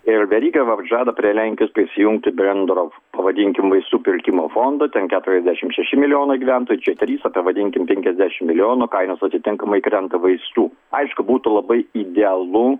ir veryga vat žada prie lenkijos prisijungti bendro pavadinkim vaistų pirkimo fondo ten keturiasdešimt šeši milijonai gyventojų čia trys o tai vadinkim penkiasdešimt milijonų kainos atitinkamai krenta vaistų aišku būtų labai idealu